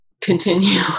continue